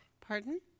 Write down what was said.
Pardon